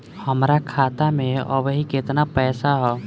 हमार खाता मे अबही केतना पैसा ह?